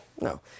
no